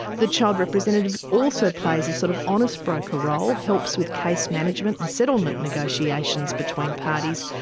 the child representative also plays a sort of honest broker role, helps with case management and settlement negotiations between parties.